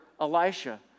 Elisha